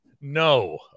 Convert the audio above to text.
No